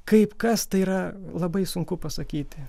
kaip kas tai yra labai sunku pasakyti